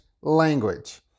language